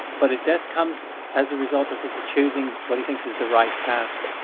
but if death comes as a result of his choosing what he thinks is the right path,